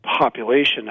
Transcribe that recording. population